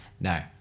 No